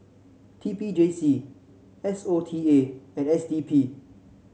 T P J C S O T A and S D P